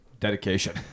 Dedication